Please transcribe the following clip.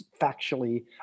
factually